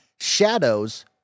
Shadows